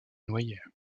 noyait